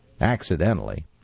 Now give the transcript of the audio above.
accidentally